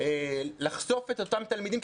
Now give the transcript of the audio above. לחשוף את אותם תלמידים,